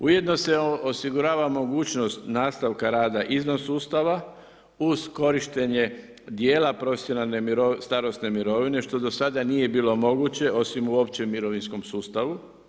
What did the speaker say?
Ujedinio se osigurava mogućnost nastavka rada izvan sustava, uz korištenje dijela profesionalne starosne mirovine što do sada nije bilo moguće, osim u općem mirovinskom sustavu.